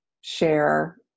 share